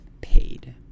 paid